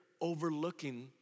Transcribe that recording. overlooking